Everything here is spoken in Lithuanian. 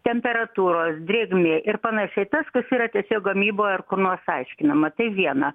temperatūros drėgmė ir panašiai tas kas yra tiesiog gamyboj ar kur nors aiškinama tai viena